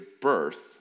birth